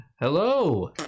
Hello